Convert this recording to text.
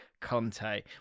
Conte